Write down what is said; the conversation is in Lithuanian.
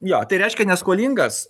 jo tai reiškia neskolingas